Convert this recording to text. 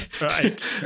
right